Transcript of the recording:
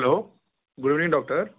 hello good evening doctor